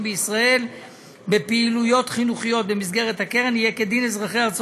בישראל בפעילויות חינוכיות במסגרת הקרן,